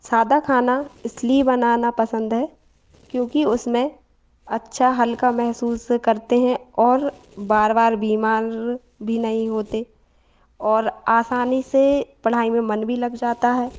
सादा खाना इसलिए बनाना पसंद है क्योंकि उसमें अच्छा हल्का महसूस करते हैं और बार बार बीमार भी नहीं होते और आसानी से पढ़ाई में मन भी लग जाता है